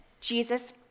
Jesus